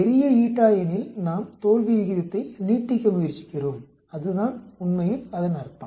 பெரிய எனில் நாம் தோல்வி விகிதத்தை நீட்டிக்க முயற்சிக்கிறோம் அதுதான் உண்மையில் அதன் அர்த்தம்